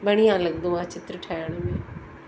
बढ़िया लॻंदो आहे चित्र ठाहिण में